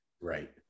Right